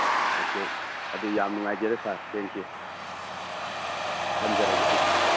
okay ꯑꯗꯨ ꯌꯥꯝ ꯅꯨꯡꯉꯥꯏꯖꯔꯦ ꯁꯥꯔ ꯊꯦꯡꯀ꯭ꯌꯨ ꯊꯝꯖꯔꯒꯦ ꯑꯗꯨꯗꯤ